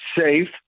safe